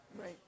Right